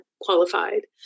qualified